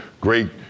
great